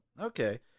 okay